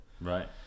Right